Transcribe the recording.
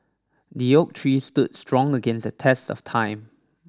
the oak tree stood strong against the test of time